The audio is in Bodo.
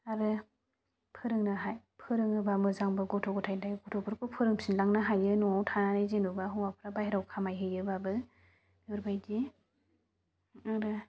आरो फोरोंनो हायोबा फोरोङोबा मोजांबो गथ' गथाइनि थाखाय गथ'फोरखौ फोरों फिनलांनो हायो न'आव थानानै जेनेबा हौवाफ्रा बाहेरायाव खामाय हैयोबाबो बेफोरबायदि आरो